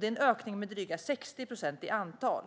Det är en ökning med drygt 60 procent i antal.